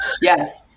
Yes